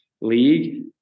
league